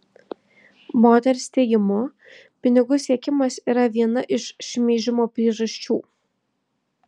moters teigimu pinigų siekimas yra viena iš šmeižimo priežasčių